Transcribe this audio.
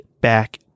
back